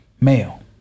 male